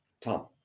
Tom